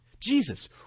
Jesus